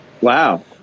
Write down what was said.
Wow